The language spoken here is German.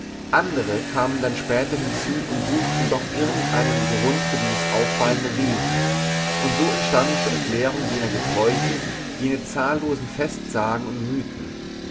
andere kamen dann später hinzu und suchten doch irgend einen grund für das auffallende wesen und so entstanden zur erklärung jener gebräuche jene zahllosen festsagen und mythen